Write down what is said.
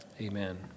Amen